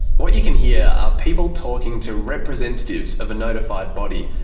what you can hear are people talking to representatives of a notified body,